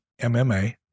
MMA